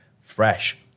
fresh